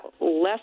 less